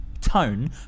tone